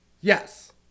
Yes